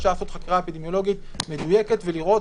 אפשר לעשות חקירה אפידמיולוגית מדויקת ולראות